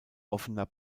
offener